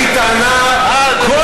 אין לי טענה, אה, זה בסדר.